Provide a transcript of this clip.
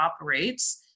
operates